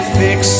fix